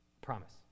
Promise